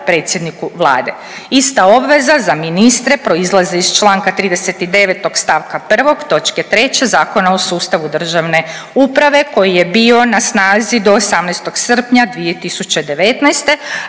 predsjedniku Vlade. Ista obveza za ministre proizlazi iz Članka 39. stavka 1. točke 3. Zakona o sustavu državne uprave koji je bio na snazi do 18. srpnja 2019.,